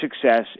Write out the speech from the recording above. success